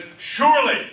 Surely